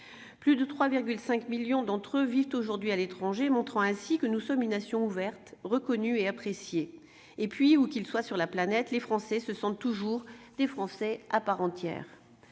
Plus de 3,5 millions de Français vivent aujourd'hui à l'étranger, montrant ainsi que nous sommes une nation ouverte, reconnue et appréciée. En outre, où qu'ils soient sur la planète, les Français se sentent toujours des Français à part entière.